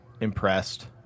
impressed